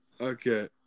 Okay